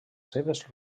seves